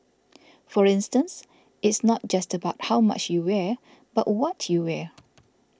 for instance it's not just about how much you wear but what you wear